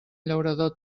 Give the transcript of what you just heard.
llaurador